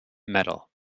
metal